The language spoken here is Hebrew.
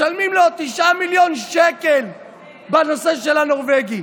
משלמים לו עוד 9 מיליון שקל בנושא של הנורבגי,